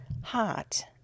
hot